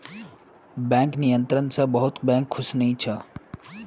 bank नियंत्रण स बहुत बैंक खुश नी छ